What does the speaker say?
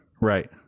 Right